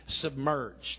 Submerged